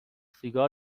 سیگار